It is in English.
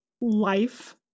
life